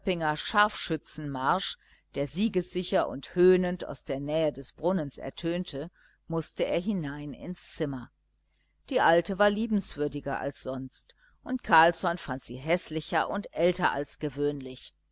scharfschützenmarsch der siegessicher und höhnend aus der nähe des brunnens ertönte mußte er hinein ins zimmer die alte war liebenswürdiger als sonst und carlsson fand sie häßlicher und älter als gewöhnlich